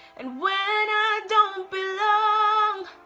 and when i don't belong,